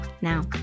now